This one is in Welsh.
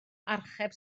archeb